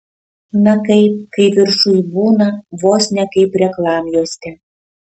na kaip kai viršuj būna vos ne kaip reklamjuostė